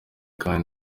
kandi